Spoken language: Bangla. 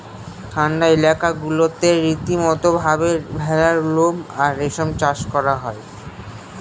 ঠান্ডা এলাকা গুলাতে রীতিমতো ভাবে ভেড়ার লোম আর রেশম চাষ করা হয়